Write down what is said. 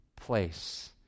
place